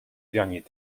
dernier